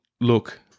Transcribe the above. look